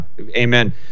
amen